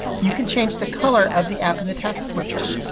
you can change the color of the app in the task switcher.